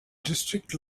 district